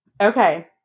Okay